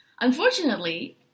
Unfortunately